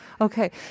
Okay